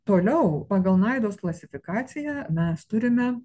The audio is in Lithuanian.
toliau pagal naidos klasifikaciją mes turime